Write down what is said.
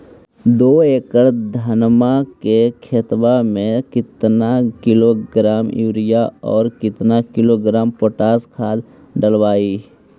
दो एकड़ धनमा के खेतबा में केतना किलोग्राम युरिया और केतना किलोग्राम पोटास खाद डलबई?